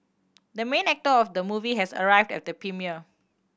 the main actor of the movie has arrived at the premiere